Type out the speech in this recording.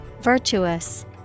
Virtuous